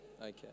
Okay